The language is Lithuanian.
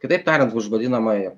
kitaip tariant už vadinamąjį